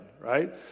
right